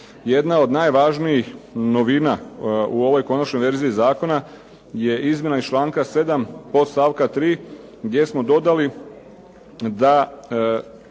Jedna od najvažnijih novina u ovoj konačnoj verziji zakona je izmjena iz članka 7. podstavka 3. gdje smo dodali da